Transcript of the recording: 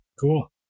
Cool